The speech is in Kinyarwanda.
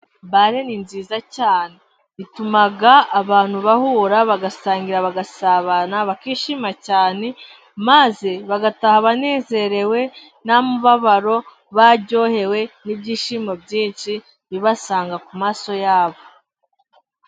Bare ni nziza cyane, ituma abantu bahura bagasangira, bagasabana, bakishima cyane, maze bagataha banezerewe ntamubabaro baryohewe n'ibyishimo byinshi bibasanga ku maso yabo.